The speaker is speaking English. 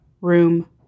room